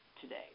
today